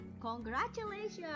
congratulations